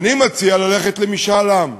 ואני מציע ללכת למשאל עם.